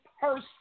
person